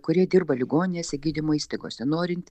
kurie dirba ligoninėse gydymo įstaigose norint